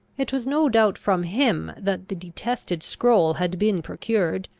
it was no doubt from him that the detested scroll had been procured,